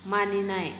मानिनाय